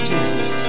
Jesus